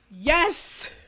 Yes